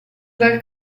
dal